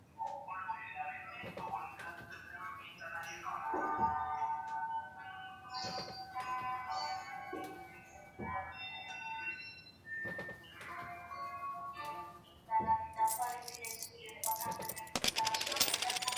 FM International. Na katika kuendelea nipo hapa FM International. Na tutaendelea.